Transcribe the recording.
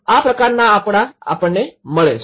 આ પ્રકારના આંકડા આપણને મળે છે